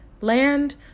land